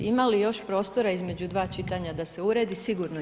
Ima li još prostora između dva čitanja da se uredi, sigurno ima.